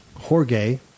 Jorge